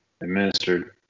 administered